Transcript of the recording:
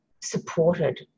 supported